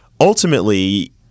ultimately